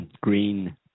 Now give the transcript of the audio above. green